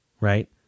right